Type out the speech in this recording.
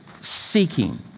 seeking